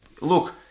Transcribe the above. look